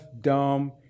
dumb